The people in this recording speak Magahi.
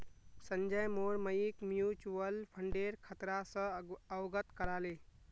संजय मोर मइक म्यूचुअल फंडेर खतरा स अवगत करा ले